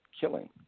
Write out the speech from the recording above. killing